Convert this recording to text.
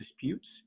disputes